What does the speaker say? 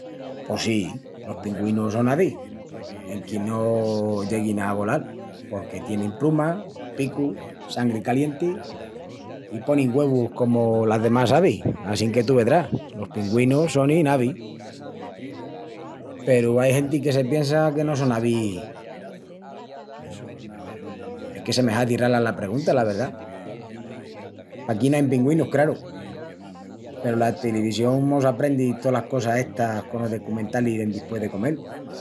Pos sí, los pingüinus son avis enque no lleguin a volal porque tienin prumas, picu, sangri calienti i ponin güevus comu las demás avis assinque tú vedrás, los pingüinus sonin avís. Peru, ai genti que se piensa que no son avis? Es que se me hazi rala la pregunta, la verdá. Paquí no ain pingüinus, craru, peru la telivisión mos aprendi tolas cosas estas conos decumentalis d'endispués de comel.